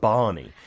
Barney